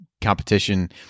competition